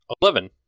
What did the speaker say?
Eleven